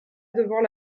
devant